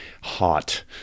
hot